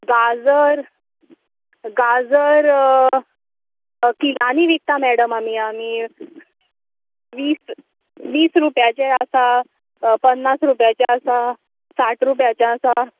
गाजर गाजर किलांनी विकता मॅडम आमी वीस वीस रुपयाचे आसा पन्नास रुपयाचे आसा साठ रुपयाचे आसा